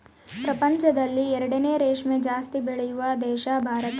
ಪ್ರಪಂಚದಲ್ಲಿ ಎರಡನೇ ರೇಷ್ಮೆ ಜಾಸ್ತಿ ಬೆಳೆಯುವ ದೇಶ ಭಾರತ